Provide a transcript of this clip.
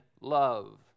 love